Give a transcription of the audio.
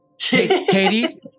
Katie